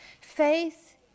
Faith